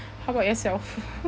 how about yourself